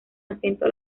acento